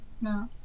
No